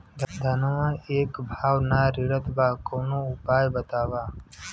धनवा एक भाव ना रेड़त बा कवनो उपाय बतावा?